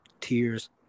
tears